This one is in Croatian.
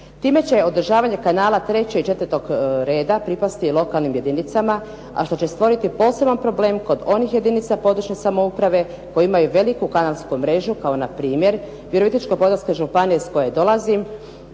Time će održavanje kanala treće i četvrtog reda pripasti lokalnim jedinicama, a što će stvoriti poseban problem kod onih jedinica područne samouprave koji imaju veliku kanalsku mrežu kao npr. Virovitičko-podravska županija iz koje dolazim,